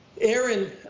Aaron